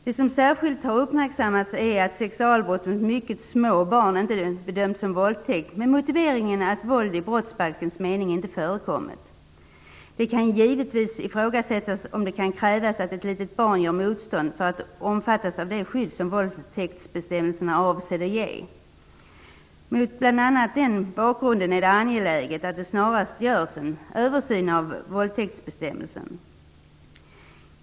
Det som särskilt har uppmärksammats är att sexualbrott mot mycket små barn inte har bedömts som våldtäkt med motiveringen att våld i brottsbalkens mening inte har förekommit. Det kan givetvis ifrågasättas om det kan krävas att ett litet barn gör motstånd för att omfattas av det skydd som våldtäktsbestämmelsen är avsedd att ge. Mot bl.a. den bakgrunden är det angeläget att det snarast görs en översyn av våldtäktsbestämmelsen.